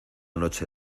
noche